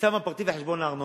מכיסם הפרטי ומחשבון הארנונה.